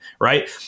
right